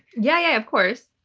yeah, yeah. of course.